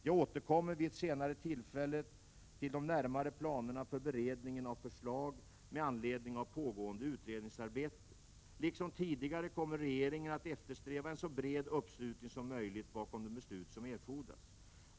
Jag återkommer vid ett senare tillfälle till de närmare planerna för beredningen av förslag med anledning av pågående utredningsarbete. Liksom tidigare kommer regeringen att eftersträva en så bred uppslutning som möjligt bakom de beslut som erfordras.